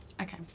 Okay